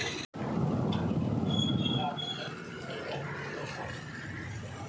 Insurance ని నేను ఎలా వినియోగించుకోవాలి?